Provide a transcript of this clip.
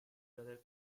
brother